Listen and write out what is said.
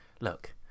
look